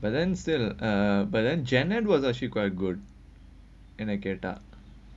but then still uh but then janet was actually quite good and I get up